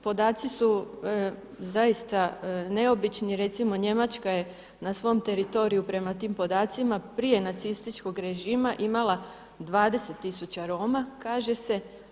Podaci su zaista neobični, recimo Njemačka je na svom teritoriju prema tim podacima prije nacističkog režima imala 20000 Roma kaže se.